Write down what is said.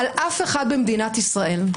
על אף אחד במדינת ישראל.